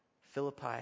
Philippi